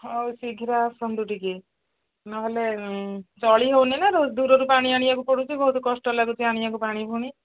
ହଉ ଶୀଘ୍ର ଆସନ୍ତୁ ଟିକେ ନହେଲେ ଚଳି ହେଉନିନା ଦୂରରୁ ପାଣି ଆଣିବାକୁ ପଡ଼ୁଛି ବହୁତ କଷ୍ଟ ଲାଗୁଛି ଆଣିବାକୁ ପାଣି ଫୁଣି